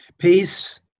Peace